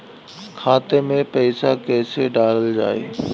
खाते मे पैसा कैसे डालल जाई?